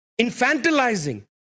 infantilizing